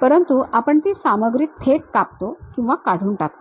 परंतु आपण ती सामग्री थेट कापतो किंवा काढून टाकतो